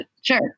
sure